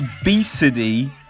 Obesity